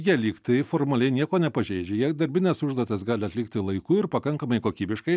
jie lyg tai formaliai nieko nepažeidžia jie darbines užduotis gali atlikti laiku ir pakankamai kokybiškai